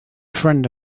friend